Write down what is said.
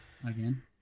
again